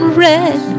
red